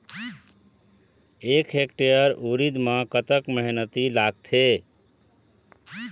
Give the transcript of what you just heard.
एक हेक्टेयर उरीद म कतक मेहनती लागथे?